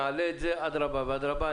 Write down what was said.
נעלה את זה, אדרבה ואדרבה.